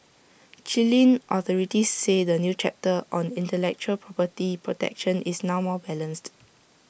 Chilean authorities say the new chapter on intellectual property protection is now more balanced